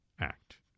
Act